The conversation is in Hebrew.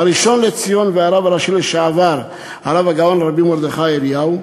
הראשון לציון והרב הראשי לשעבר הרב הגאון רבי מרדכי אליהו,